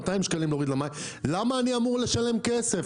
אצלי זה 200 שקלים להוריד למים" למה אני אמור לשלם כסף?